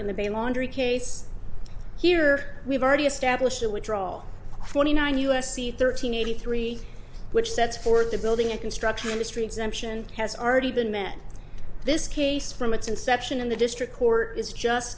in the bay laundry case here we've already established that withdrawal twenty nine u s c thirteen eighty three which sets forth the building and construction industry exemption has already been met this case from its inception in the district court is just